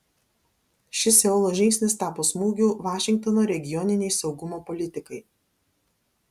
šis seulo žingsnis tapo smūgiu vašingtono regioninei saugumo politikai